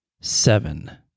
seven